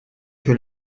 più